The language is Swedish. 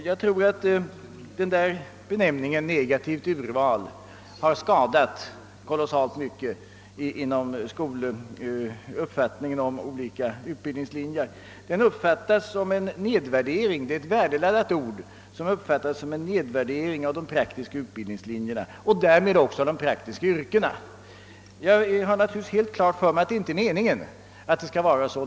Jag tror att denna benämning »negativt val» kraftigt skadat uppfattningen om de olika utbildningslinjerna. Det är ett värdeladdat uttryck, och benämningen uppfattas som en nedvärdering av de praktiska utbildningslinjerna och därmed också av de praktiska yrkena. Jag har naturligtvis helt klart för mig att detta inte är meningen.